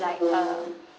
like uh